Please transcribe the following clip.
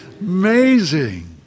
Amazing